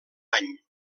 any